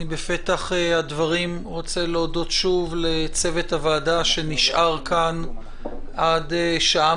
בפתח הדברים אני רוצה להודות שוב לצוות הוועדה שנשאר כאן עד שעה